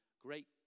great